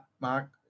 mark